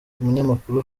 umunyamakuru